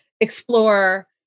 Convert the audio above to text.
explore